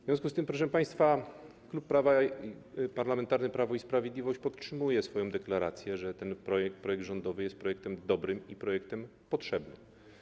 W związku z tym, proszę państwa, Klub Parlamentarny Prawo i Sprawiedliwość podtrzymuje swoją deklarację, że ten projekt rządowy jest projektem dobrym i projektem potrzebnym.